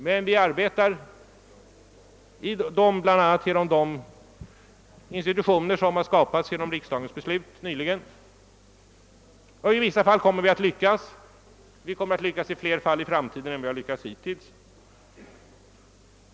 Men vi arbetar bl.a. genom de institutioner som har skapats genom riksdagens beslut nyligen. I vissa fall kommer vi att lyckas. Vi kommer att lyckas i flera fall i framtiden än hittills.